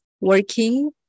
working